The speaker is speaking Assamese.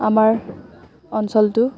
আমাৰ অঞ্চলটো